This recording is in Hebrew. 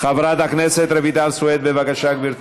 וקבוצת חברי